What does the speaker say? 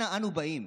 אנה אנו באים?